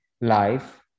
life